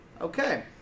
Okay